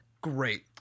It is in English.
Great